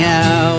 out